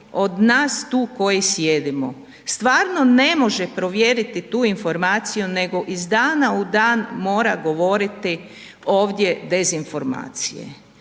od nas tu koji sjedimo stvarno ne može provjeriti tu informaciju nego iz dana u dan mora govoriti ovdje dezinformacije?